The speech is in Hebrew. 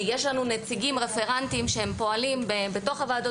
יש לנו נציגים רפרנטים שהם פועלים בתוך הוועדות